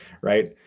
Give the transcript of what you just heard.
right